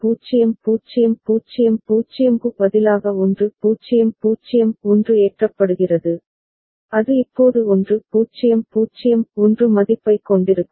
0 0 0 0 க்கு பதிலாக 1 0 0 1 ஏற்றப்படுகிறது அது இப்போது 1 0 0 1 மதிப்பைக் கொண்டிருக்கும்